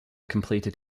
completed